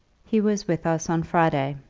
he was with us on friday.